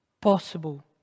possible